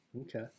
okay